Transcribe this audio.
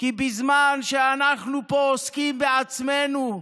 כי בזמן שאנחנו פה עוסקים בעצמנו,